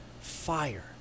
fire